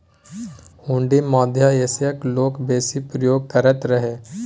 हुंडी मध्य एशियाक लोक बेसी प्रयोग करैत रहय